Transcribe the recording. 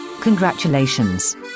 Congratulations